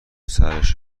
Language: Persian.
سرش